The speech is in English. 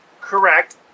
Correct